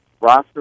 roster